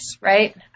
right